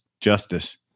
justice